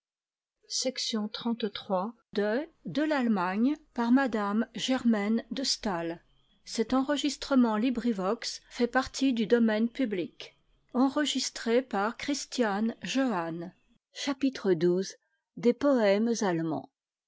de m de